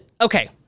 okay